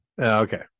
Okay